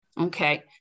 Okay